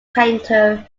painter